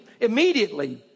Immediately